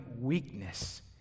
weakness